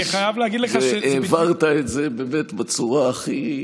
והעברת את זה בצורה הכי